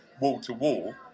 wall-to-wall